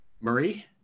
marie